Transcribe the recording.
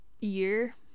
year